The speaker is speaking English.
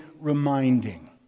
reminding